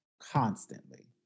constantly